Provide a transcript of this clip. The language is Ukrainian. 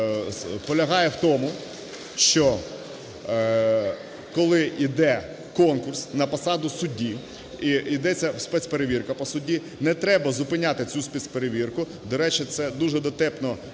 полягає в тому, що, коли йде конкурс на посаду судді, йдеться спецперевірка по судді, не треба зупиняти цю спецперевірку. До речі, це дуже дотепно,